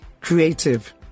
creative